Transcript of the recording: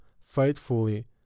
faithfully